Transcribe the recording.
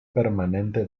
permanente